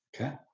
Okay